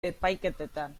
epaiketetan